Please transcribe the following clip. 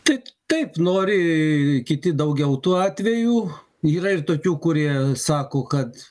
taip taip nori kiti daugiau tų atvejų yra ir tokių kurie sako kad